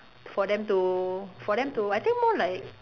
for them to for them to I think more like